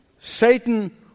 Satan